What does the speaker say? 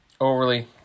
overly